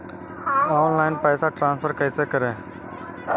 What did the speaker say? Online पैसा transfer कैसे करे?